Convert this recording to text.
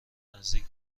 نزدیک